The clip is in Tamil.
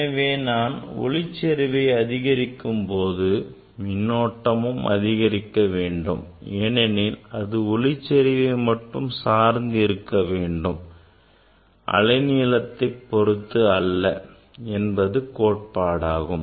எனவே நான் ஒளிச்செறிவை அதிகரிக்கும் போது மின்னோட்டமும் அதிகரிக்கவேண்டும் ஏனெனில் அது ஒளிச்செறிவை மட்டுமே சார்ந்து இருக்க வேண்டும் அலைநீளத்தை பொறுத்து அல்ல என்பதுதான் கோட்பாடாகும்